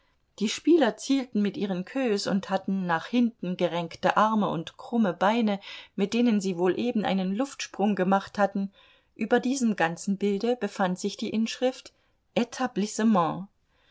die spieler zielten mit ihren queues und hatten nach hinten gerenkte arme und krumme beine mit denen sie wohl eben einen luftsprung gemacht hatten über diesem ganzen bilde befand sich die inschrift etablissement